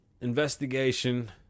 investigation